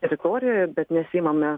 teritorijoje bet nesiimame